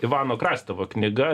ivano krastevo knyga